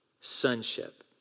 sonship